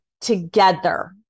together